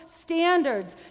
standards